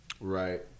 Right